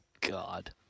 God